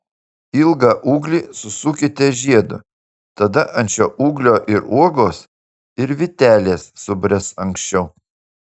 ilgą ūglį susukite žiedu tada ant šio ūglio ir uogos ir vytelės subręs anksčiau